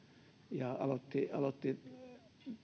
ja aloitti aloitti